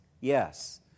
Yes